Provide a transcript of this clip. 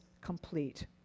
complete